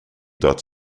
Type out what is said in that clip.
dots